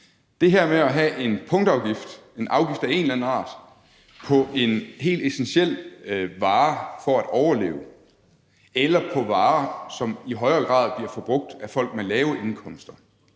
Det her med at have en punktafgift, en afgift af en eller anden art, på en helt essentiel vare for at overleve eller på varer, som i højere grad bliver forbrugt af folk med lave indkomster,